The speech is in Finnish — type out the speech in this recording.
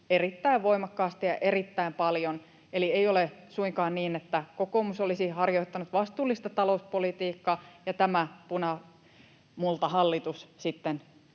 erittäin voimakkaasti ja erittäin paljon, eli ei ole suinkaan niin, että kokoomus olisi harjoittanut vastuullista talouspolitiikkaa ja tämä punamultahallitus sitten